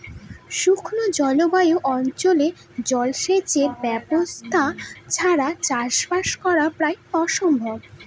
শুষ্ক জলবায়ু অঞ্চলে জলসেচের ব্যবস্থা ছাড়া চাষবাস করা প্রায় অসম্ভব